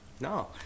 No